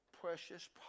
precious